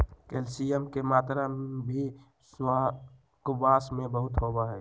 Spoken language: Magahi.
कैल्शियम के मात्रा भी स्क्वाश में बहुत होबा हई